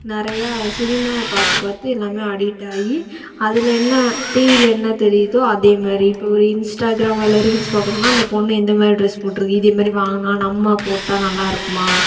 நிறையா சினிமா பார்த்து பார்த்து எல்லாம் அடிட் ஆகி அதில் என்ன டிவிவில் என்ன தெரியுதோ அதே மாரி இப்போ ஒரு இன்ஸ்ட்டாக்ராம் அதில் ரீல்ஸ் பார்க்குறோன்னா அந்த பொண்ணு எந்த மாதிரி ட்ரெஸ் போட்டுருக்கு இதே மாரி வாங்கினா நம்ம போட்டால் நல்லா இருக்குதுமா